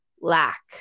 lack